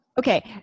okay